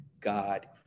God